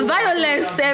Violence